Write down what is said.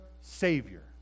savior